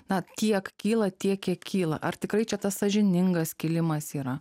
na tiek kyla tiek kiek kyla ar tikrai čia tas sąžiningas kilimas yra